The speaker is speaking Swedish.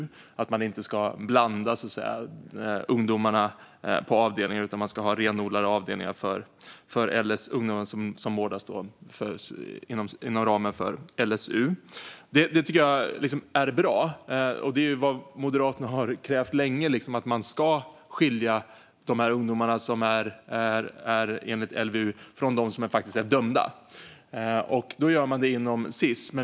Man ska inte blanda dessa ungdomar på avdelningarna, utan man ska ha renodlade avdelningar för ungdomar som vårdas inom ramen för LSU. Detta tycker jag är bra. Moderaterna har länge krävt att man ska skilja LVU-ungdomar från dem som faktiskt är dömda. Nu gör man det inom Sis.